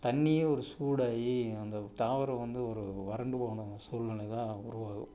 தண்ணியே ஒரு சூடாகி அந்த தாவரம் வந்து ஒரு வறண்டு போன சூழ்நிலை தான் உருவாகும்